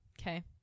Okay